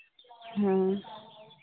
हाँ